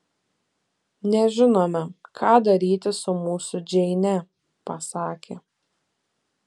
nežinome ką daryti su mūsų džeine pasakė